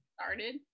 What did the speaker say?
started